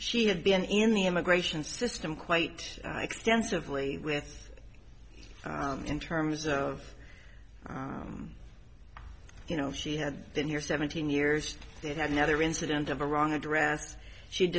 she had been in the immigration system quite extensively with in terms of you know she had been here seventeen years it had another incident of a wrong address she